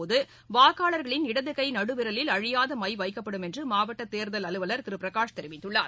போதுவாக்காளர்களின் இடதுகைநடுவிரலில் அழியாதஸமவைக்கப்படும் என்றுமாவட்டதேர்தல் அலுவலர் திருபிரகாஷ் தெரிவித்துள்ளார்